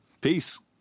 Peace